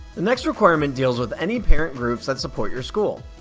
the next requirement deals with any parent groups that support your school.